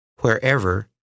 wherever